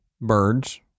birds